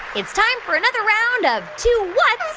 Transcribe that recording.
it's time for another round of two